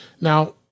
Now